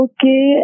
Okay